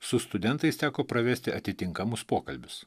su studentais teko pravesti atitinkamus pokalbius